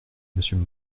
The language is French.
monsieur